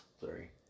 sorry